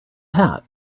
hat